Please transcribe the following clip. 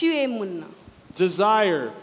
Desire